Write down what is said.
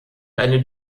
eine